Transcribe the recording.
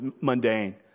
mundane